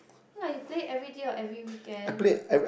not like you play everyday or every weekend